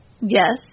Yes